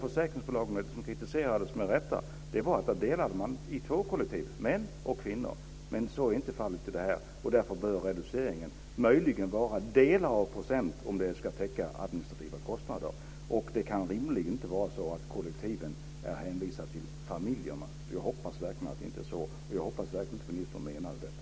Försäkringsbolagen kritiserades tidigare med rätta. Det berodde på att man där delade upp i två kollektiv - män och kvinnor. Men så är inte fallet här, och därför bör reduceringen möjligen vara delar av procent om den ska täcka administrativa kostnader. Det kan rimligen inte vara så att kollektiven är hänvisade till familjerna. Jag hoppas verkligen att det inte är så och att ministern inte menade detta.